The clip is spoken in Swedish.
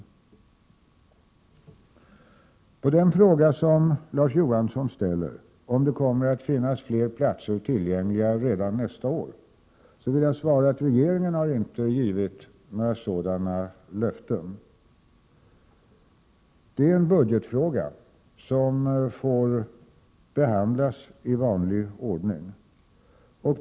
På den fråga som Larz Johansson ställde om det kommer att finnas fler platser tillgängliga redan nästa år vill jag svara att regeringen inte har givit några sådana löften. Det är en budgetfråga som får behandlas i vanlig ordning.